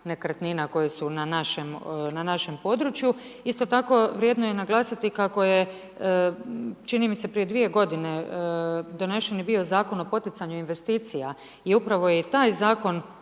nekretnina koje su na našem području. Isto tako vrijedno je naglasiti kako je čini mi se prije dvije godine, donesen je bio Zakon o poticanju investicija i upravo je i taj zakon